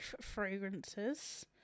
fragrances